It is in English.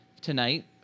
tonight